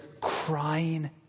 crying